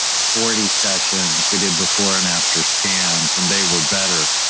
forty sessions we did before and after scans. and they were better.